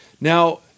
Now